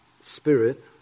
Spirit